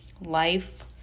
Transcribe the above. life